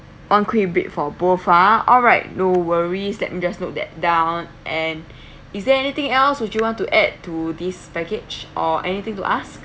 one queen bed for both ah alright no worries let me just note that down and is there anything else would you want to add to this package or anything to us